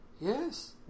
Yes